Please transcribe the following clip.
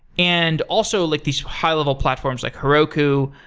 and also, like these high-level platforms, like heroku,